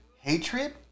hatred